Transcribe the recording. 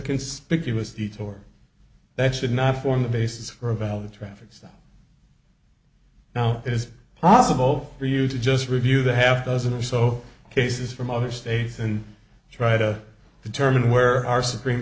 conspicuous the tour that should not form the basis for a valid traffic stop now it is possible for you to just review the half dozen or so cases from other states and try to determine where our supreme